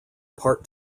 part